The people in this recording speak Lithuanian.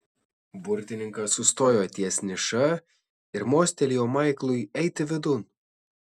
burtininkas sustojo ties niša ir mostelėjo maiklui eiti vidun